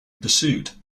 pursuit